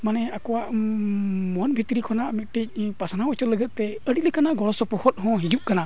ᱢᱟᱱᱮ ᱟᱠᱚᱣᱟᱜ ᱢᱚᱱ ᱵᱷᱤᱛᱨᱤ ᱠᱷᱚᱱᱟᱜ ᱢᱤᱫᱴᱤᱡ ᱯᱟᱥᱱᱟᱣ ᱦᱚᱪᱚ ᱞᱟᱹᱜᱤᱫᱛᱮ ᱟᱹᱰᱤ ᱞᱮᱠᱟᱱᱟᱜ ᱜᱚᱲᱚ ᱥᱚᱯᱚᱦᱚᱛ ᱦᱚᱸ ᱦᱤᱡᱩᱜ ᱠᱟᱱᱟ